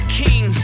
king